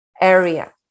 area